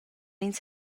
ins